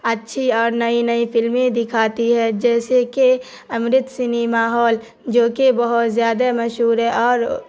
اچھی اور نئی نئی فلمیں دکھاتی ہے جیسے کہ امرت سنیما ہال جوکہ بہت زیادہ مشہور ہے اور